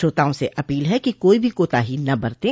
श्रोताओं से अपील है कि कोई भी कोताही न बरतें